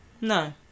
No